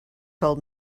told